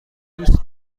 دوست